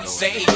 say